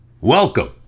Welcome